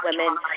women